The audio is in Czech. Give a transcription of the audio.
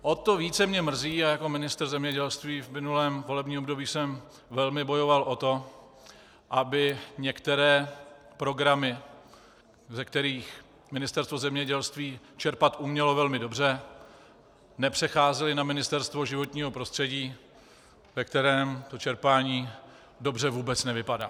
O to více mě mrzí, a jako ministr zemědělství v minulém volebním období jsem velmi bojoval o to, aby některé programy, ve kterých Ministerstvo zemědělství čerpat umělo velmi dobře, nepřecházely na Ministerstvo životního prostředí, ve kterém to čerpání dobře vůbec nevypadá.